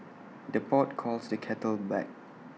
the pot calls the kettle black